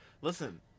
Listen